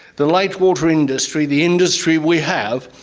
the light water industry, the industry we have,